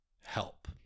help